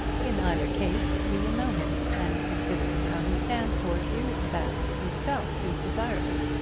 in either case you will know him, and considering how he stands towards you, that itself is desirable.